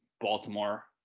Baltimore